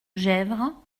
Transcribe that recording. gesvres